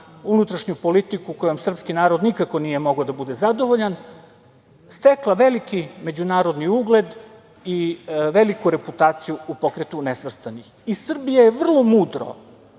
unutrašnju politiku kojom srpski narod nikako nije mogao da bude zadovoljan, stekla veliki međunarodni ugled i veliku reputaciju u Pokretu nesvrstanih i Srbija je vrlo mudro,